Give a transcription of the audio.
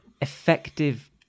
effective